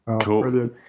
Cool